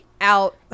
out